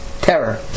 terror